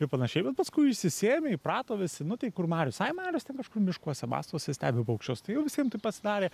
ir panašiai bet paskui išsisėmė įprato visi nu tai kur marius ai marius ten kažkur miškuose bastosi stebi paukščius tai jau visiem tai pasidarė